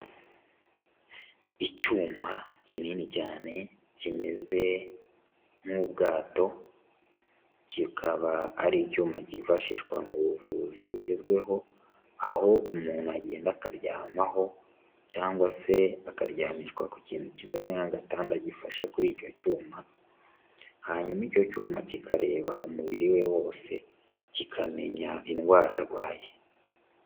Icyuma kinini cyane kimeze nk'ubwato, kikaba ari icyuma cyifashishwa mu buvuzi bugezweho, aho umuntu agenda akaryamaho, cyangwa se akaryamishwa ku kintu kimeze nk'agatanda gifashe kuri icyo cyuma, hanyuma icyo cyuma kikareba umubiri we wose, kikamenya indwara arwaye.